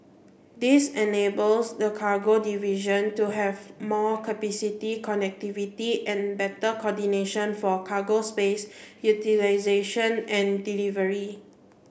this enables the cargo division to have more capacity connectivity and better coordination for cargo space utilisation and delivery